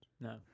No